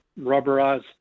rubberized